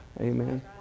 Amen